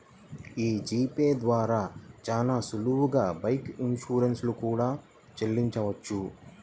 యీ G Pay ద్వారా చానా సులువుగా బైక్ ఇన్సూరెన్స్ లు కూడా చెల్లించొచ్చు